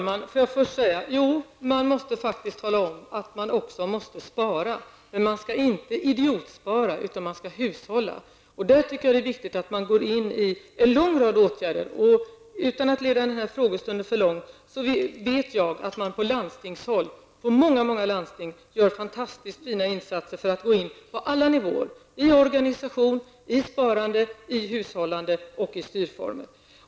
Herr talman! Jo, man måste faktiskt tala om att det också måste sparas. Men man skall inte idiotspara utan hushålla. Jag tycker att det är viktigt att man i detta sammanhang vidtar en lång rad åtgärder. Utan att leda denna frågestund för långt vill jag säga att jag vet att man i många landsting gör fantastiskt fina insatser i detta avseende på alla nivåer: i organisation, i sparande, i hushållande och i styrformer.